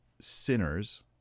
sinners